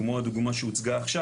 כמו הדוגמא שהוצגה עכשיו,